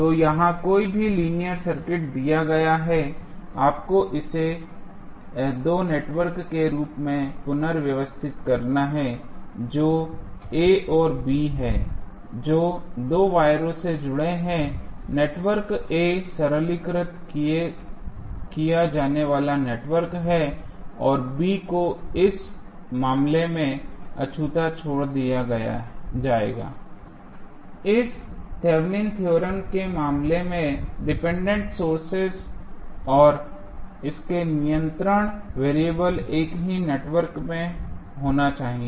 तो यहाँ भी कोई लीनियर सर्किट दिया गया है आपको इसे 2 नेटवर्क के रूप में पुनर्व्यवस्थित करना है जो A और B है जो 2 वायरो से जुड़े हैं नेटवर्क A सरलीकृत किया जाने वाला नेटवर्क है और B को इस मामले में अछूता छोड़ दिया जाएगा इस थेवेनिन थ्योरम Thevenins theorem के मामले भी डिपेंडेंट सोर्सेज और इसके नियंत्रण वेरिएबल एक ही नेटवर्क में होना चाहिए